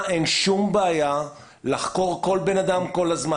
אין שום בעיה לחקור כל בן אדם כל הזמן.